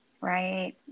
right